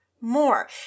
more